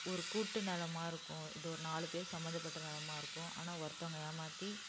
ஒரு கூட்டு நிலமா இருக்கும் இது ஒரு நாலு பேர் சம்மந்தப்பட்ட நிலமா இருக்கும் ஆனால் ஒருத்தங்க ஏமாற்றி